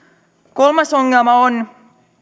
kolmas ongelma on